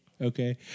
okay